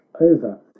over